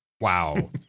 wow